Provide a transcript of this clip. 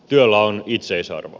työllä on itseisarvo